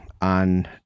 on